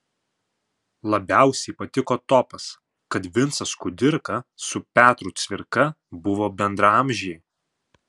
labiausiai patiko topas kad vincas kudirka su petru cvirka buvo bendraamžiai